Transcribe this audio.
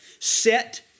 set